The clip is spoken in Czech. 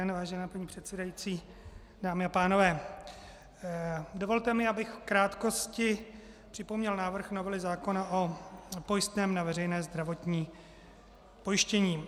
Vážená paní předsedající, dámy a pánové, dovolte mi, abych v krátkosti připomněl návrh novely zákona o pojistném na veřejné zdravotní pojištění.